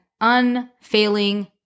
unfailing